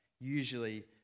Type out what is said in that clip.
usually